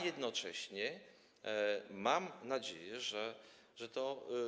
Jednocześnie mam nadzieję, że to.